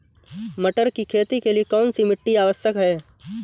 मटर की खेती के लिए कौन सी मिट्टी आवश्यक है?